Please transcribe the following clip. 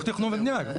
חוק תכנון ובנייה.